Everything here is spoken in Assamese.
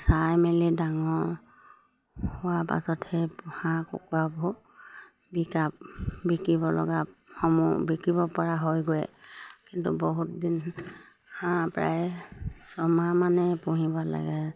চাই মেলি ডাঙৰ হোৱাৰ পাছত সেই হাঁহ কুকুৰাবোৰ বিকা বিকিব লগা সমূহ বিকিব পৰা হয়গৈ কিন্তু বহুত দিন হাঁহ প্ৰায় ছমাহমানেই পুহিব লাগে